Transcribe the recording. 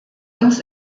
uns